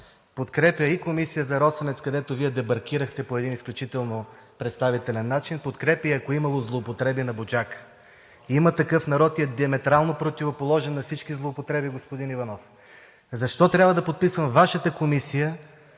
подкрепя и Комисия за „Росенец“, където Вие дебаркирахте по един изключително представителен начин, подкрепя и ако е имало злоупотреби на „Буджака“. „Има такъв народ“ е диаметрално противоположен на всички злоупотреби, господин Иванов. Защо трябва да подписвам Вашата Комисия,